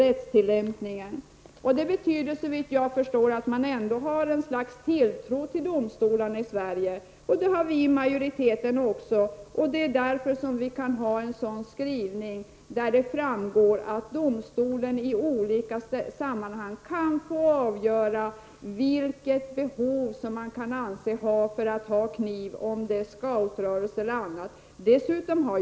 Detta betyder — såvitt jag förstår — att man ändå har ett slags tilltro till domstolarna i Sverige. Det har också vi inom majoriteten, och det är därför som vi kan ha en sådan skrivning, där det framgår att domstolen i olika sammanhang kan få avgöra vilka behov som kan anses giltiga för att få bära kniv, om man är medlem i scoutrörelse etc.